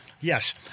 Yes